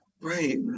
Right